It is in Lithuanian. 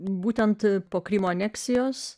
būtent po krymo aneksijos